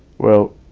well,